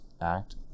act